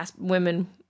women